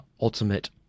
ultimate